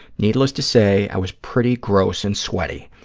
needless to say, i was pretty gross and sweaty.